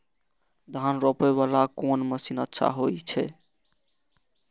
धान रोपे वाला कोन मशीन अच्छा होय छे?